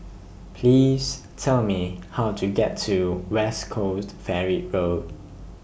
Please Tell Me How to get to West Coast Ferry Road